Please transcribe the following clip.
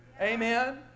Amen